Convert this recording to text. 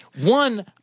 one